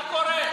מה קורה?